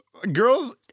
girls